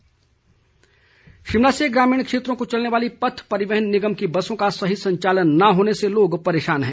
हिमराल शिमला से ग्रामीण क्षेत्रों को चलने वाली पथ परिवहन निगम की बसों का सही संचालन न होने से लोग परेशान हैं